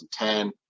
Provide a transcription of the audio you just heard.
2010